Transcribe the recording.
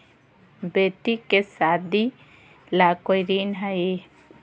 बेटी के सादी ला कोई ऋण हई?